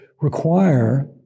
require